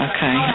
Okay